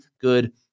good